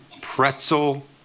pretzel